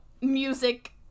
music